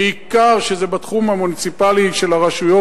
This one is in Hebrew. בעיקר כשזה בתחום המוניציפלי של הרשויות,